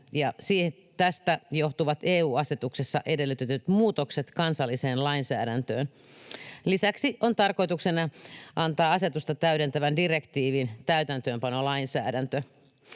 tästä johtuvat EU-asetuksessa edellytetyt muutokset kansalliseen lainsäädäntöön. Lisäksi on tarkoituksena antaa asetusta täydentävän direktiivin täytäntöönpanolainsäädäntö.